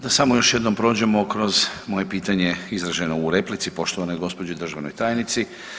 Da samo još jednom prođemo kroz moje pitanje izraženo u replici poštovanoj gđi. državnoj tajnici.